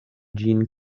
ĝin